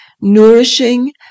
nourishing